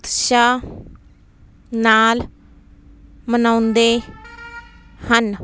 ਉਤਸ਼ਾਹ ਨਾਲ ਮਨਾਉਂਦੇ ਹਨ